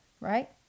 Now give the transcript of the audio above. Right